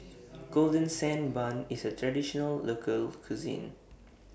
Golden Sand Bun IS A Traditional Local Cuisine